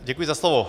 Děkuji za slovo.